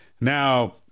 Now